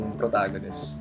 protagonist